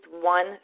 one